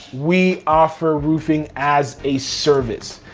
we offer roofing as a service.